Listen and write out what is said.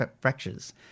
fractures